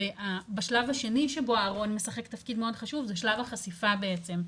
בשלב השני שבו הארון משחק תפקיד מאוד חשוב זה שלב החשיפה בעצם,